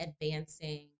advancing